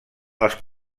els